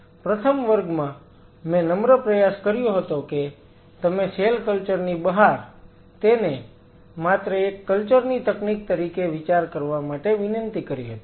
પ્રથમ વર્ગમાં મેં નમ્ર પ્રયાસ કર્યો હતો કે તમે સેલ કલ્ચર ની બહાર તેને માત્ર એક કલ્ચર ની તકનીક તરીકે વિચાર કરવા માટે વિનંતી કરી હતી